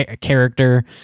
character